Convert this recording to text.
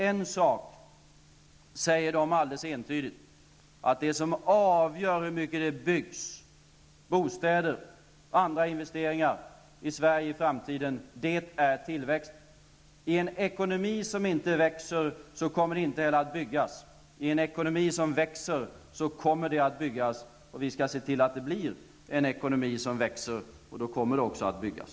En sak säger de alldeles entydigt: Det avgörande för hur mycket det byggs i Sverige i framtiden i form av bostäder och andra investeringar är tillväxten. I en ekonomi som inte växer kommer det heller inte att byggas. I en ekonomi som växer kommer det att byggas. Vi skall se till att det blir en ekonomi som växer, och då kommer det också att byggas.